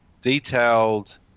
detailed